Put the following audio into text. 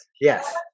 Yes